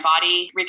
body